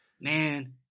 man